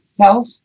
health